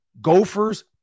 Gophers